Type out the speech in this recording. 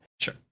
Sure